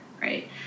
right